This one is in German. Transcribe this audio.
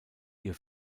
ihr